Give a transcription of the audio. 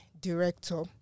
director